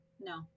No